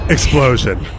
Explosion